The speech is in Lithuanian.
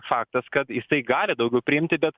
faktas kad jisai gali daugiau priimti bet